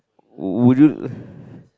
would you